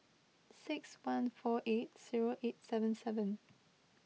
six one four eight zero eight seven seven